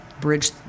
bridge